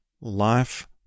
life